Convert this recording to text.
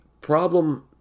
problem